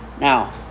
Now